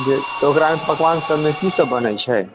जे तऽ ओकरामे पकवान सभमे की सभ बनै छै